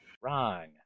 Wrong